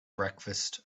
breakfast